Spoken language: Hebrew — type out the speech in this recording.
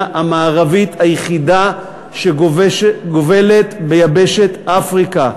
המערבית היחידה שגובלת ביבשת אפריקה.